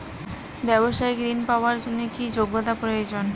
ব্যবসায়িক ঋণ পাওয়ার জন্যে কি যোগ্যতা প্রয়োজন?